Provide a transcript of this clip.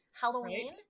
Halloween